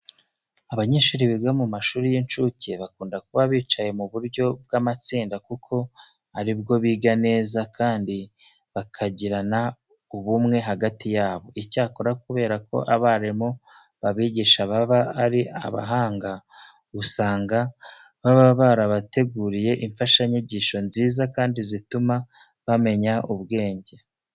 Abanyeshuri biga mu mashuri y'incuke bakunda kuba bicaye mu buryo bw'amatsinda kuko ari bwo biga neza kandi bakagirana ubumwe hagati yabo. Icyakora kubera ko abarimu babigisha baba ari abahanga usanga baba barabateguriye imfashanyigisho nziza kandi zituma bamenya ubwenge.